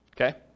okay